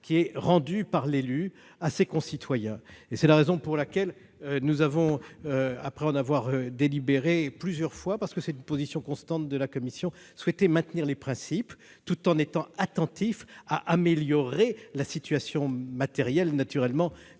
qui est rendu par l'élu à ses concitoyens. C'est la raison pour laquelle, après en avoir délibéré plusieurs fois, parce qu'il s'agit d'une position constante de la commission, nous avons souhaité maintenir ces principes, tout en étant attentifs à améliorer la situation matérielle des